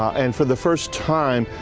and for the first time.